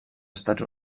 estats